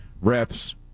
reps